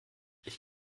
ich